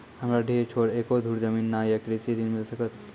हमरा डीह छोर एको धुर जमीन न या कृषि ऋण मिल सकत?